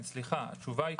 סליחה, התשובה היא כן.